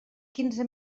quinze